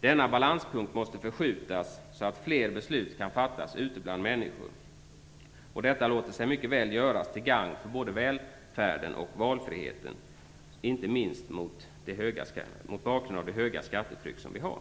Denna balanspunkt måste förskjutas så att fler beslut kan fattas ute bland människorna. Detta låter sig mycket väl göras, till gagn för välfärden och valfriheten, inte minst mot bakgrund av det hårda skattetryck som vi har.